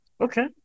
Okay